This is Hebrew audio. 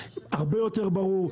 הרבה יותר ברור,